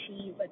achieve